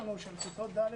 יש לנו של כיתות ד'.